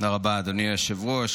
תודה רבה, אדוני היושב-ראש.